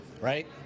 right